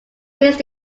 raised